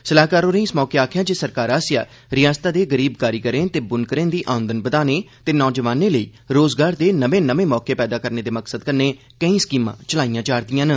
सलाहकार होरें इस मौके आखेआ जे सरकार आसेआ रिआसता दे गरीब कारीगरें ते बुनकरें दी औंदन बधाने ते नौजवानें लेई रोजगार दे नमें नमें मौके पैदा करने दे मकसद कन्नै केईं स्कीमां चलाईयां जा'रदिआं न